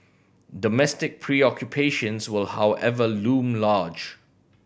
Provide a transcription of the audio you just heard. domestic preoccupations will however loom large